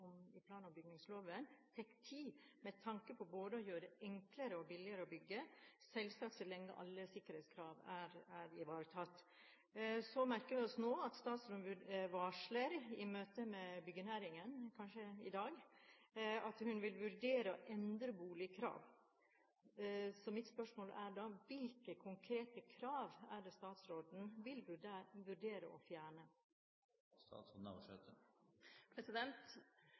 tid med tanke på å gjøre det både enklere og billigere å bygge – selvsagt så lenge alle sikkerhetskrav er ivaretatt. Så merker vi oss at statsråden nå varsler i møte med byggenæringen – kanskje i dag – at hun vil vurdere å endre boligkrav. Så mitt spørsmål er da: Hvilke konkrete krav er det statsråden vil vurdere å fjerne?